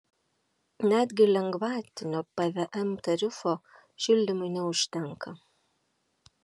netgi lengvatinio pvm tarifo šildymui neužtenka